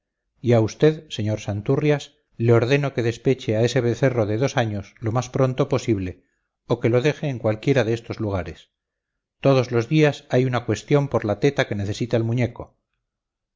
y a usted sr santurrias le ordeno que despeche a ese becerro de dos años lo más pronto posible o que lo deje en cualquiera de estos lugares todos los días hay una cuestión por la teta que necesita el muñeco